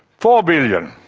four billion,